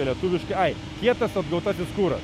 lietuviškai ai kietas atgautasis kuras